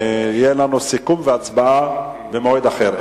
ויהיו לנו סיכום והצבעה במועד אחר.